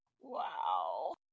Wow